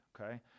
okay